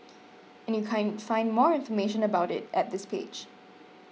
and you can find more information about it at this page